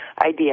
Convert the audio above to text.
idea